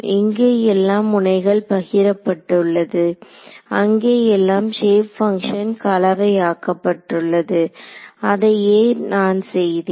எங்கேயெல்லாம் முனைகள் பகிரப்பட்டுள்ளது அங்கே எல்லாம் ஷேப் பங்க்ஷன் கலவை ஆக்கப்பட்டுள்ளது அதையே நான் செய்தேன்